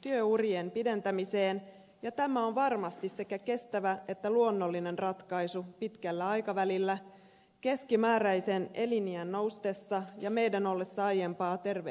työurien pidentämiseen ja tämä on varmasti sekä kestävä että luonnollinen ratkaisu pitkällä aikavälillä keskimääräisen eliniän noustessa ja meidän ollessa aiempaa terveempiä